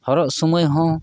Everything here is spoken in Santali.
ᱦᱚᱨᱚᱜ ᱥᱳᱢᱳᱭ ᱦᱚᱸ